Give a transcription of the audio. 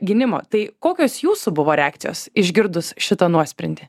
gynimo tai kokios jūsų buvo reakcijos išgirdus šitą nuosprendį